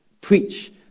preach